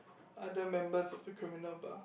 other members of the criminal bar